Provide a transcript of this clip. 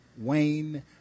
Wayne